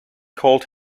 called